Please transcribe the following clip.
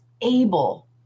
able